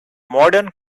modern